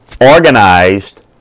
organized